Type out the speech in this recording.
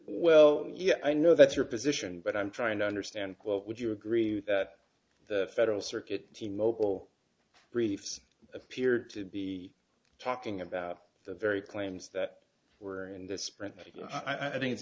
well yeah i know that's your position but i'm trying to understand quote would you agree that the federal circuit in mobile briefs appeared to be talking about the very claims that were in the sprint i think it's